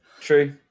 true